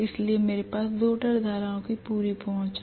इसलिए मेरे पास रोटर धाराओं की पूरी पहुंच है